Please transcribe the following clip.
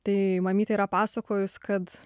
tai mamytė yra pasakojus kad